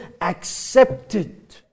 accepted